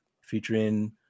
featuring